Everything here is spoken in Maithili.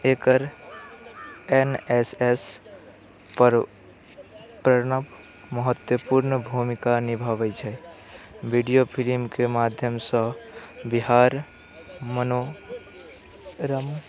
एकर एन एस एस पर प्रणव महत्वपूर्ण भूमिका निभाबै छै वीडियो फिल्मके माध्यमसँ बिहार मनो रम